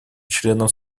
членом